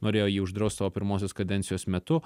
norėjo jį uždraust savo pirmosios kadencijos metu